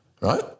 right